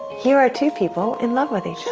here are two people in love with each